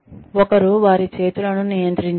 ఒకరు వారి చేతులను నియంత్రించుకోవాలి